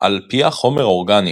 על פיה חומר אורגני,